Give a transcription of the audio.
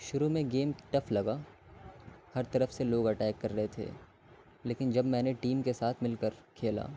شروع میں game tough لگا ہر طرف سے لوگ اٹیک کر رہے تھے لیکن جب میں نے ٹیم کے ساتھ مل کر کھیلا